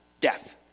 Death